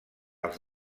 els